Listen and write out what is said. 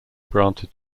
granted